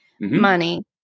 money